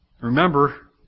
Remember